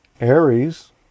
ARIES